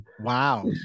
Wow